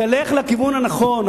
תלך לכיוון הנכון.